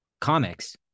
comics